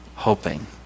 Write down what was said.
hoping